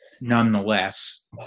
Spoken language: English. nonetheless